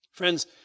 Friends